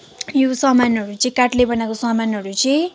यो सामानहरू चाहिँ काठले बनाएको सा मानहरू चाहिँ